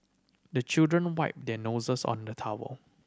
the children wipe their noses on the towel